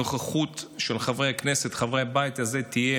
הנוכחות של חברי הכנסת, חברי הבית הזה, תהיה